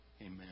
amen